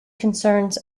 concerns